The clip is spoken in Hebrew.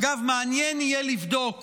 אגב, מעניין יהיה לבדוק